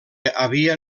havia